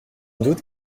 doute